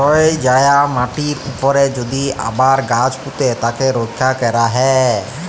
ক্ষয় যায়া মাটির উপরে যদি আবার গাছ পুঁতে তাকে রক্ষা ক্যরা হ্যয়